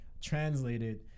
translated